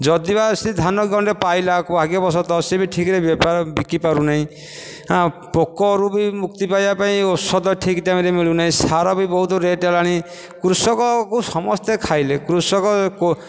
ଯଦି ବା ସେ ଧାନ ଗଣ୍ଡେ ପାଇଲା ଭାଗ୍ୟ ବଶତଃ ସେ ବି ଠିକ୍ରେ ବେପାର ବିକିପାରୁ ନାହିଁ ହାଁ ପୋକରୁ ବି ମୁକ୍ତି ପାଇଵା ପାଇଁ ଔଷଧ ଠିକ୍ ଟାଇମ୍ରେ ମିଳୁନାହିଁ ସାର ବି ବହୁତ ରେଟ୍ ହେଲାଣି କୃଷକକୁ ସମସ୍ତେ ଖାଇଲେ କୃଷକ